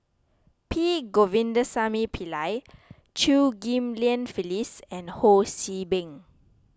P Govindasamy Pillai Chew Ghim Lian Phyllis and Ho See Beng